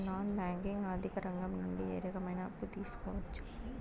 Non banking ఆర్థిక రంగం నుండి ఏ రకమైన అప్పు తీసుకోవచ్చు?